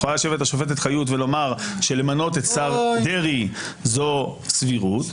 יכולה לשבת השופטת חיות ולומר שלמנות את השר דרעי זו סבירות,